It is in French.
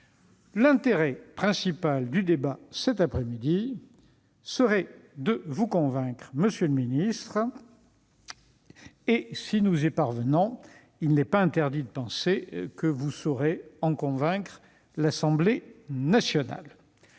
L'intérêt principal du débat de cet après-midi serait de vous convaincre, monsieur le secrétaire d'État. Si nous y parvenons, il n'est pas interdit de penser que vous saurez convaincre l'Assemblée nationale.